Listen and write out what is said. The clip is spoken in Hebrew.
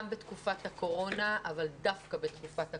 בתקופת הקורונה אבל דווקא בתקופת הקורונה.